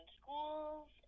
schools